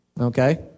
Okay